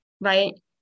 right